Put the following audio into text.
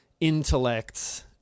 intellects